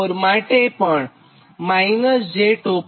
4 માટે પણ -j2